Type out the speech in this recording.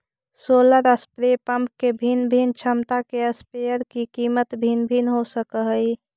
solar spray pump के भिन्न भिन्न क्षमता के स्प्रेयर के कीमत भिन्न भिन्न हो सकऽ हइ